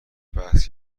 بحث